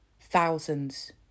thousands